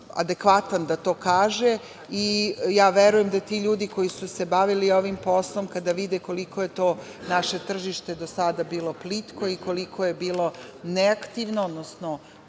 da to kaže i verujem da ti ljudi koji su se bavili ovim poslom, kada vide koliko je naše tržište do sada bilo plitko i neaktivno, odnosno